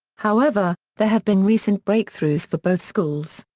however, there have been recent breakthroughs for both schools.